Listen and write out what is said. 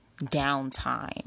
downtime